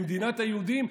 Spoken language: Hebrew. במדינת היהודים,